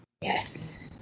Yes